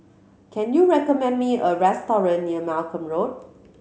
can you recommend me a restaurant near Malcolm Road